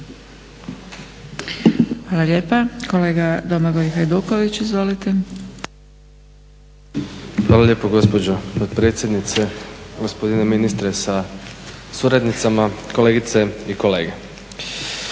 Hvala lijepa. Kolega Domagoj Hajduković. Izvolite. **Hajduković, Domagoj (SDP)** Hvala lijepo gospođo potpredsjedniče, gospodine ministre sa suradnicama, kolegice i kolege.